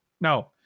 No